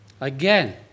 Again